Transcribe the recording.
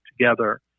together